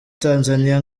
tanzaniya